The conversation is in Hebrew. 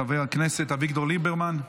חבר הכנסת אביגדור ליברמן,